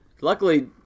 luckily